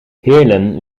heerlen